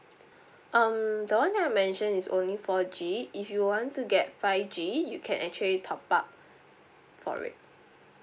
um the one that I mention is only four G if you want to get five G you can actually top up for it